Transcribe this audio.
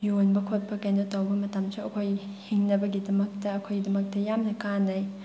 ꯌꯣꯟꯕ ꯈꯣꯠꯄ ꯀꯩꯅꯣ ꯇꯧꯕ ꯃꯇꯝꯁꯨ ꯑꯩꯈꯣꯏ ꯍꯤꯡꯅꯕꯒꯤꯗꯃꯛꯇ ꯑꯩꯈꯣꯏꯒꯤꯗꯃꯛꯇ ꯌꯥꯝꯅ ꯀꯥꯟꯅꯩ